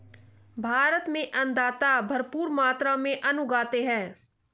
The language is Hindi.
भारत में अन्नदाता भरपूर मात्रा में अन्न उगाते हैं